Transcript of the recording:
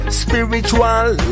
spiritual